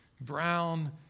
brown